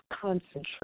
concentrate